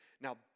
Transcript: Now